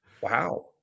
Wow